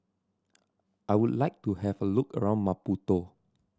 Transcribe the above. I would like to have a look around Maputo